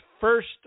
first